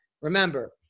Remember